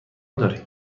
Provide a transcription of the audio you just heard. داریم